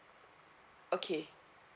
okay